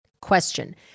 Question